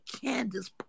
Candace